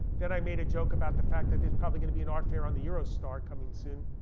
then i made a joke about the fact that there's probably gonna be an art fair on the eurostar coming soon.